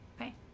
Okay